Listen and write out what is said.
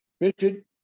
Richard